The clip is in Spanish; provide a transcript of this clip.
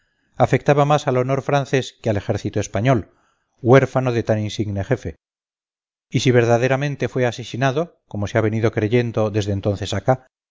afectaba más al honor francés que al ejército español huérfano de tan insigne jefe y si verdaderamente fue asesinado como se ha venido creyendo desde entonces acá